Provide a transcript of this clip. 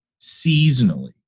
seasonally